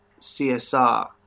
CSR